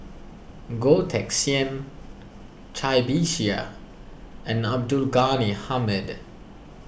Goh Teck Sian Cai Bixia and Abdul Ghani Hamid